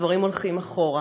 דברים הולכים אחורה.